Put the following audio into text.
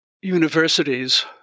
universities